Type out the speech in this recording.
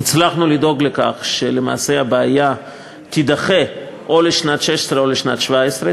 הצלחנו לדאוג לכך שלמעשה הבעיה תידחה או לשנת 2016 או לשנת 2017,